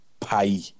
pay